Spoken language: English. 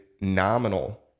nominal